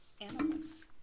animals